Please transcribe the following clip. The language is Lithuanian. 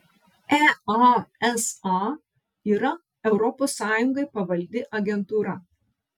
easa yra europos sąjungai pavaldi agentūra